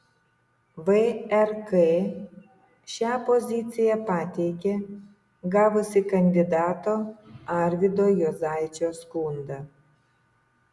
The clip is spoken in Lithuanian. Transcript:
vrk šią poziciją pateikė gavusi kandidato arvydo juozaičio skundą